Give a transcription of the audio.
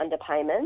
underpayment